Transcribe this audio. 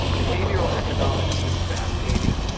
behavioral economics is fascinating,